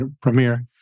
premiere